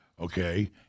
Okay